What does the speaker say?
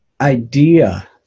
idea